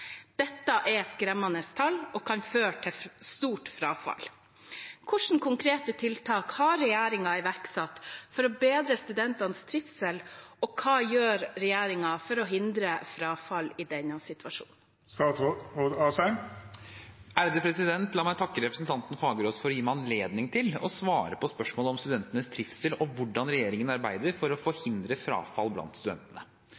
Dette er skremmende tall og kan føre til stort frafall. Hvilke konkrete tiltak har regjeringen iverksatt for å bedre studentenes trivsel, og hva gjør regjeringen for å forhindre frafall?» La meg takke representanten Fagerås for å gi meg anledning til å svare på spørsmål om studentenes trivsel og hvordan regjeringen arbeider for å